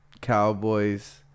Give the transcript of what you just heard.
Cowboys